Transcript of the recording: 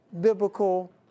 biblical